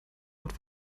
ort